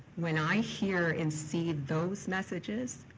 when i hear and see those messages,